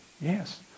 Yes